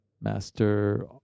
Master